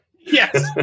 Yes